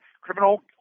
Criminal